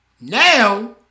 now